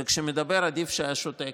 וכשמדבר, עדיף שהיה שותק.